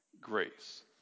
grace